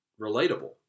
relatable